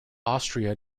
austria